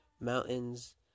mountains